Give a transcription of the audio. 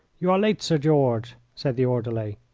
you are late, sir george, said the orderly.